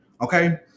Okay